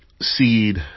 seed